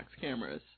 cameras